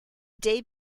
day